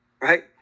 right